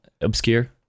obscure